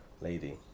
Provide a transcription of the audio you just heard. lady